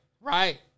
right